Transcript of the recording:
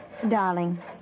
Darling